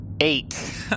Eight